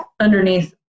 underneath